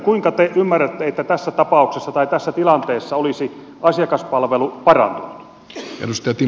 kuinka te ymmärrätte että tässä tapauksessa tai tässä tilanteessa olisi asiakaspalvelu parantunut